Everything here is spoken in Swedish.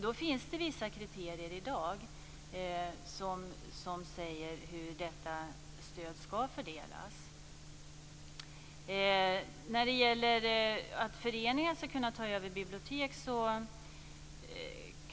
Det finns i dag vissa kriterier som säger hur detta stöd ska fördelas. Jag kan inte svara på frågan om föreningar ska kunna ta över bibliotek.